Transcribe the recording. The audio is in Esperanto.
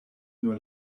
nur